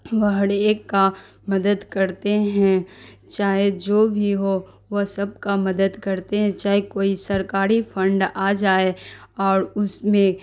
وہ ہر ایک کا مدد کرتے ہیں چاہے جو بھی ہو وہ سب کا مدد کرتے ہیں چاہے کوئی سرکاری فنڈ آ جائے اور اس میں